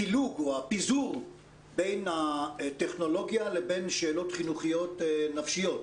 הפילוג או הפיזור בין הטכנולוגיה לבין שאלות נפשיות,